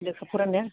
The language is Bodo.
लेखा फोरोंनो